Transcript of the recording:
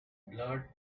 blurred